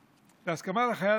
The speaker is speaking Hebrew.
להצבה,